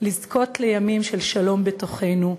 לזכות לימים של שלום בתוכנו,